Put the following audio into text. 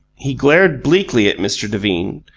he glared bleakly at mr. devine,